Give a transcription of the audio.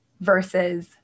versus